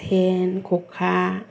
सेन ख'खा